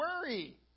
worry